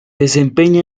desempeña